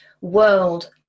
world